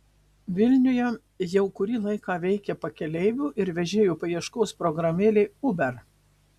vilniuje jau kurį laiką veikia pakeleivių ir vežėjų paieškos programėlė uber